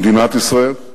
במדינת ישראל,